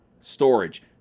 storage